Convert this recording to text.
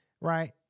Right